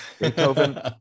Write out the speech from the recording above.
Beethoven